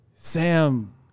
Sam